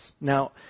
Now